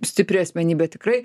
stipri asmenybė tikrai